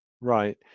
Right